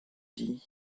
din